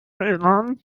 erinnern